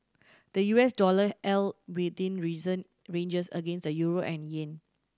the U S dollar held within recent ranges against the euro and yen